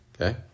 Okay